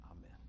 Amen